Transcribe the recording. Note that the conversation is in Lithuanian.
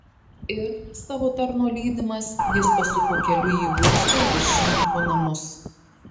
ir savo tarno lydimas jis pasuko keliu į uosto viršininko namus